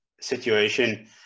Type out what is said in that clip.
situation